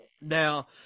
Now